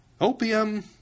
Opium